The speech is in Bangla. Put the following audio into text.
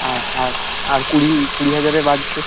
হ্যাঁ আর আর কুড়ি কুড়ি হাজারের বাদ দিয়ে